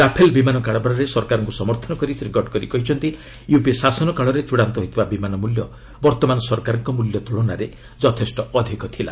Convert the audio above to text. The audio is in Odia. ରାଫେଲ୍ ବିମାନ କାରବାରରେ ସରକାରଙ୍କୁ ସମର୍ଥନ କରି ଶ୍ରୀ ଗଡ଼କରି କହିଛନ୍ତି ୟୁପିଏ ଶାସନ କାଳରେ ଚୂଡ଼ାନ୍ତ ହୋଇଥିବା ବିମାନ ମୂଲ୍ୟ ବର୍ତ୍ତମାନ ସରକାରଙ୍କ ମୂଲ୍ୟ ତ୍କଳନାରେ ଯଥେଷ୍ଟ ଅଧିକ ଥିଲା